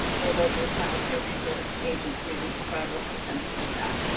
their local childcare resource agency, and we can try and work with them to do that.